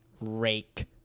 Rake